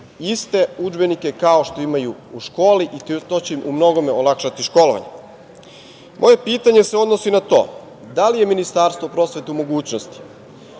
iste udžbenike kao što imaju u školi i to će im u mnogome olakšati školovanje. Moje pitanje se odnosi na to – da li je Ministarstvo prosvete u mogućnosti